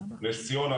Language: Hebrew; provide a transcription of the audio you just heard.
נס ציונה,